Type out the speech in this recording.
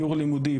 סיור לימודי,